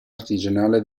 artigianale